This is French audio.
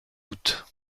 août